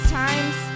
times